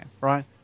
right